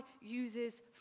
uses